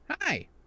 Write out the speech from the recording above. Hi